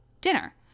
dinner